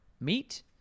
meat